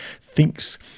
thinks